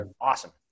Awesome